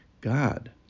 god